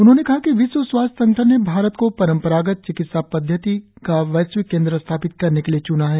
उन्होंने कहा कि विश्व स्वास्थ्य संगठन ने भारत को परंपरागत चिकित्सा पद्धति का वैश्विक केंद्र स्थापित करने के लिए च्ना है